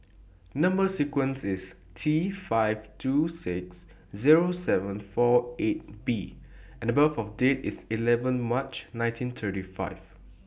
Number sequence IS T five two six Zero seven four eight B and Date of birth IS eleven March nineteen thirty five